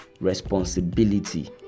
responsibility